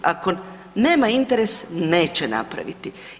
Ako nema interes, neće napraviti.